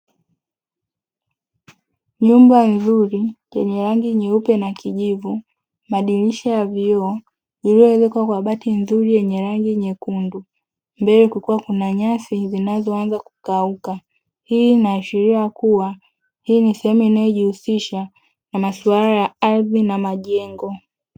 Nyumba nzuri yenye rangi nyeupe na kijivu, madirisha ya vioo, iliyowezekwa kwa batii nzuri yenye rangi nyekundu mbele kukiwa kuna nyasi zinazoanza kukauka. Hii inaashiria kuwa hii ni sehemu inayojihusisha na maswala ya ardhi na majengo.